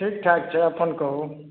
ठीक ठाक छै अपन कहू